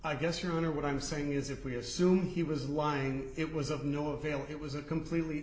i guess your honor what i'm saying is if we assume he was lying it was of no avail it was a completely